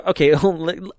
okay